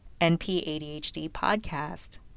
NPADHDpodcast